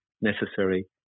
necessary